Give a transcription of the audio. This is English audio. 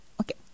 Okay